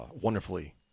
wonderfully